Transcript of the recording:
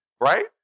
right